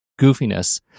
goofiness